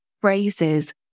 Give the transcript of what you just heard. phrases